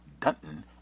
Dunton